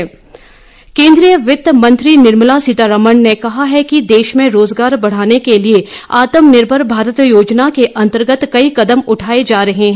निर्मला अर्थव्यवस्था केंद्रीय वित्त मंत्री निर्मला सीतारामन ने कहा है कि देश में रोजगार बढाने के लिए आत्मनिर्भर भारत योजना के अन्तर्गत कई कदम उठाये जा रहे हैं